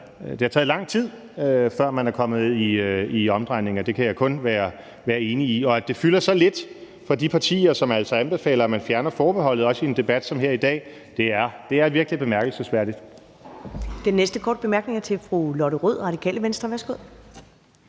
det har taget lang tid, før man er kommet i omdrejninger. Det kan jeg kun være enig i. Og at det fylder så lidt hos de partier, som altså anbefaler, at man fjerner forbeholdet – også i en debat som her i dag – er virkelig bemærkelsesværdigt.